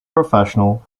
professional